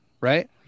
right